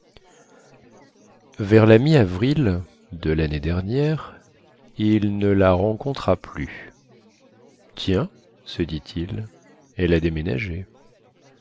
vers la mi avril de lannée dernière il ne la rencontra plus tiens se dit-il elle a déménagé